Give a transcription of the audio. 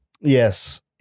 Yes